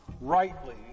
rightly